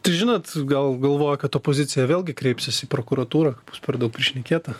tai žinot gal galvoja kad opozicija vėlgi kreipsis į prokuratūrą bus per daug prišnekėta